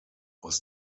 aus